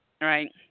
right